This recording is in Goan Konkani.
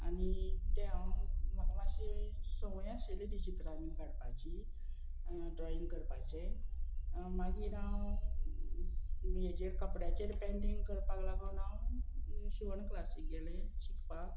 आनी ते हांव म्हाका मातशी संवय आशिल्ली ती चित्रांनी काडपाची ड्रॉईंग करपाचे मागीर हांव हेजेर कपड्याचेर पेंटींग करपाक लागोन हांव शिवण क्लासीक गेले शिकपाक